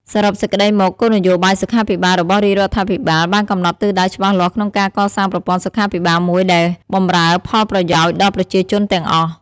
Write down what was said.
សរុបសេចក្តីមក គោលនយោបាយសុខាភិបាលរបស់រាជរដ្ឋាភិបាលបានកំណត់ទិសដៅច្បាស់លាស់ក្នុងការកសាងប្រព័ន្ធសុខាភិបាលមួយដែលបម្រើផលប្រយោជន៍ដល់ប្រជាជនទាំងអស់។